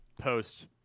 post